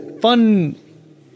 fun